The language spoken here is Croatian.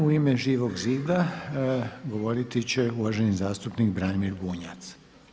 U ime Živog zida govorit će uvaženi zastupnik Branimir Bunjac.